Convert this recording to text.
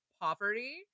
poverty